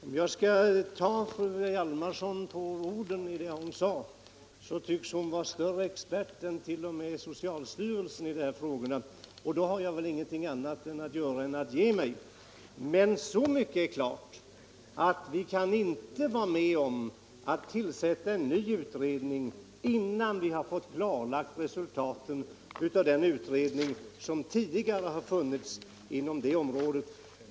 Om jag skall ta fru Hjalmarsson på orden så tycks hon vara större expert än t.o.m. socialstyrelsen i de här frågorna, och då har jag väl ingenting annat att göra än att ge mig. Men så mycket är klart att vi inte kan vara med om att tillsätta en ny utredning innan vi har fått resultatet klarlagt från den utredning som tidigare har gjorts inom detta område.